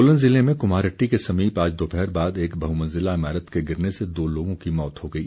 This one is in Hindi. सोलन ज़िले में कुमारहट्टी के समीप आज दोपहर बाद एक बहुमंज़िला इमारत के गिरने से दो लोगों की मौत हो गई